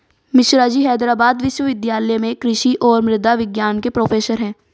मिश्राजी हैदराबाद विश्वविद्यालय में कृषि और मृदा विज्ञान के प्रोफेसर हैं